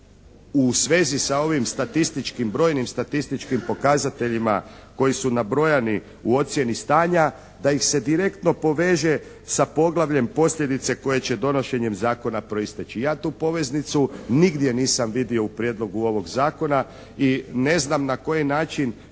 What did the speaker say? u svezi sa ovim statističkim, brojnim statističkim pokazateljima koji su nabrojani u ocjeni stanja da ih se direktno poveže sa poglavljem "Posljedice koje će donošenjem zakona proisteći". Ja tu poveznicu nigdje nisam vidio u prijedlogu ovog zakona i ne znam na koji način